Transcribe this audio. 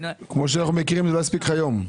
כמו שאנחנו מכירים, לא יספיק לך יום.